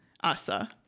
asa